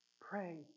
pray